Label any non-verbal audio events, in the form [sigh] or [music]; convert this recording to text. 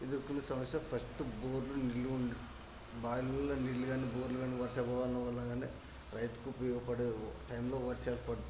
ఎదురుకున్న సమస్య ఫస్ట్ బాయిలలో నీళ్లు గానిలొ నీళ్లు ఉండ్ బావిలలో నీళ్లు కాని బోర్లు కాని వర్ష [unintelligible] వల్ల కాని రైతుకు ఉపయోగపడే టైంలో వర్షాలు పడితే